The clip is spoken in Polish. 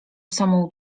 samą